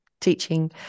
teaching